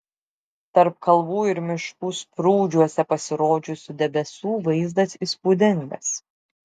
tarp kalvų ir miškų sprūdžiuose pasirodžiusių debesų vaizdas įspūdingas